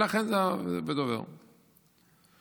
אני